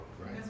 right